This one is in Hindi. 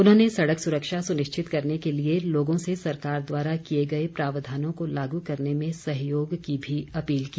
उन्होंने सड़क सुरक्षा सुनिश्चित करने के लिए लोगों से सरकार द्वारा किए गए प्रावधानों को लागू करने में सहयोग की भी अपील की